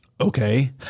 okay